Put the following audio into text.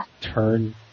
turn